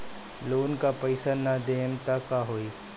Loan का पैस न देहम त का होई?